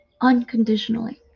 unconditionally